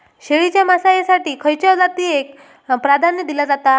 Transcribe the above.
शेळीच्या मांसाएसाठी खयच्या जातीएक प्राधान्य दिला जाता?